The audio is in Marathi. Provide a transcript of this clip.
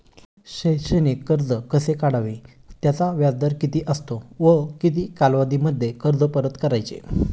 शैक्षणिक कर्ज कसे काढावे? त्याचा व्याजदर किती असतो व किती कालावधीमध्ये कर्ज परत करायचे?